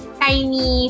tiny